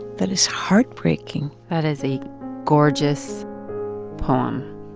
that is heartbreaking that is a gorgeous poem.